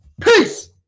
Peace